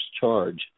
charge